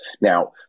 Now